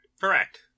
Correct